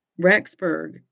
Rexburg